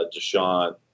Deshaun